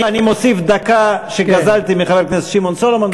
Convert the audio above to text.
אני מוסיף דקה שגזלתי מחבר הכנסת שמעון סולומון.